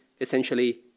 essentially